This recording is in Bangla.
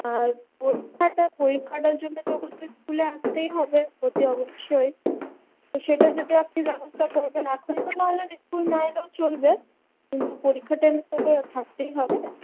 আর পরীক্ষাটা পরীক্ষাটার জন্যে তো ওকে তো স্কুলে আসতেই হবে অতি অবশ্যই তো সেটা যদি আপনি ব্যবস্থা করবেন এখন মনে হয় না যে স্কুল না এলেও চলবে কিন্তু পরীক্ষার টাইমে তো ওকে থাকতেই হবে